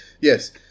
Yes